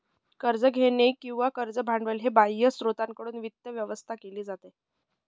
कर्ज घेणे किंवा कर्ज भांडवल हे बाह्य स्त्रोतांकडून वित्त व्यवस्था केली जाते